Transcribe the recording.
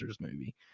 movie